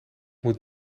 moet